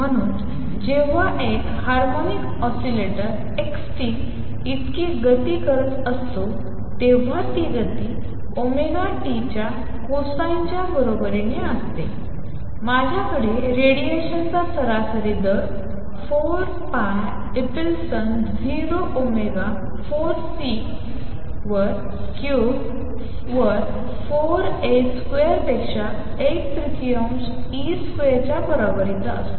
म्हणून जेव्हा एक हार्मोनिक ऑसीलेटर x t इतकी गती करत असतो तेव्हा ती गती ओमेगा टीच्या कोसाइनच्या बरोबरीने असते माझ्याकडे रेडिएशनचा सरासरी दर 4 pi epsilon 0 ओमेगा 4 C वर क्यूबड वर 4 A स्क्वेअरपेक्षा 1 तृतीय ई स्क्वेअरच्या बरोबरीचा असतो